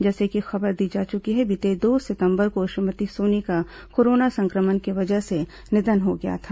जैसी कि खबर दी जा चुकी है बीते दो सितंबर को श्रीमती सोनी का कोरोना संक्रमण की वजह से निधन हो गया था